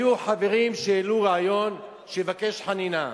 היו חברים שהעלו רעיון שהוא יבקש חנינה.